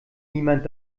niemand